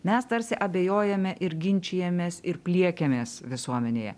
mes tarsi abejojame ir ginčijamės ir pliekiamės visuomenėje